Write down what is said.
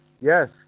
Yes